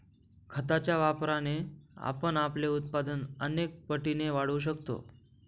खताच्या वापराने आपण आपले उत्पादन अनेक पटींनी वाढवू शकतो